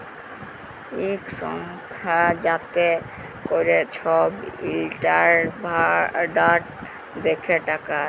ইক সংস্থা যাতে ক্যরে ছব ইসট্যালডাড় দ্যাখে টাকার